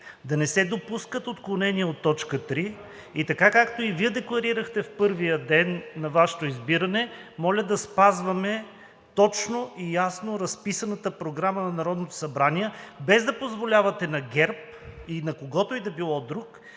да не се допускат отклонения от точка три. И така, както и Вие декларирахте в първия ден на Вашето избиране, моля да спазваме точно и ясно разписаната програма на Народното събрание, без да позволявате на ГЕРБ и на когото и да било друг